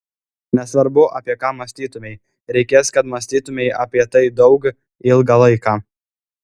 nesvarbu apie ką mąstytumei reikės kad mąstytumei apie tai daug ilgą laiką